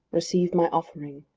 receive my offering.